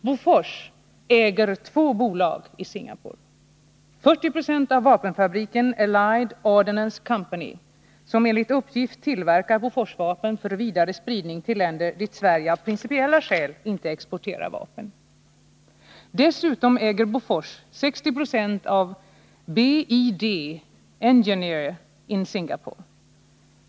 Bofors äger två bolag i Singapore — 40 20 av vapenfabriken Allied Ordnance Company, som enligt uppgift tillverkar Boforsvapen för vidare spridning till länder dit Sverige av principiella skäl inte exporterar vapen, och 60 26 av BID Engineer in Singapore.